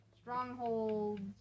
Strongholds